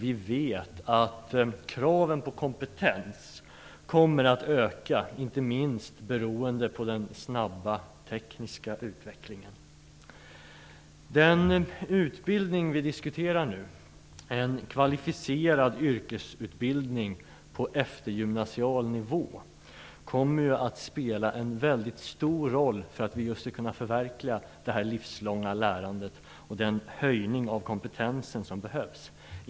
Vi vet att kraven på kompetens kommer att öka, inte minst beroende på den snabba tekniska utvecklingen. Den utbildning vi diskuterar nu, en kvalificerad yrkesutbildning på eftergymnasial nivå, kommer att spela en väldigt stor roll för att vi skall kunna förverkliga detta livslånga lärande och den höjning av kompetensen som behövs.